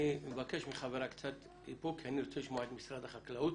אני מבקש מחבריי קצת איפוק כי אני רוצה לשמוע את משרד החקלאות